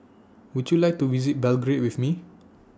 Would YOU like to visit Belgrade with Me